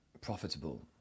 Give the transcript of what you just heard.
profitable